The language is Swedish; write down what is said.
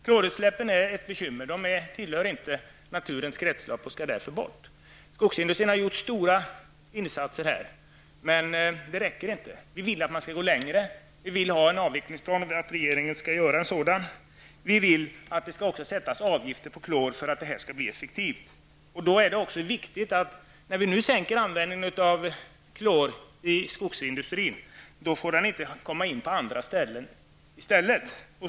Klorutsläppen är ett bekymmer. Klor tillhör inte naturens kretslopp och skall därför bort. Skogsindustrin har gjort stora insatser, men det räcker inte. Vi vill att man skall gå längre. Vi vill att regeringen skall göra en avvecklingsplan, och vi vill att det skall sättas avgifter på klor, så att arbetet blir effektivt. När vi då sänker användningen av klor i skogsindustrin är det viktigt att klor inte kommer in på andra ställen.